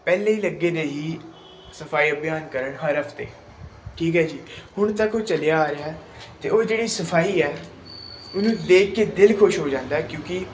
ਪਹਿਲੇ ਲੱਗੇ ਰਹੇ ਹੀ ਸਫਾਈ ਅਭਿਆਨ ਕਰਨ ਹਰ ਹਫਤੇ ਠੀਕ ਹੈ ਜੀ ਹੁਣ ਤੱਕ ਉਹ ਚੱਲਿਆ ਆ ਰਿਹਾ ਅਤੇ ਉਹ ਜਿਹੜੀ ਸਫਾਈ ਹੈ ਉਹਨੂੰ ਦੇਖ ਕੇ ਦਿਲ ਖੁਸ਼ ਹੋ ਜਾਂਦਾ ਕਿਉਂਕਿ